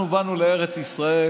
אנחנו באנו לארץ ישראל